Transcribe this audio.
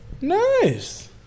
Nice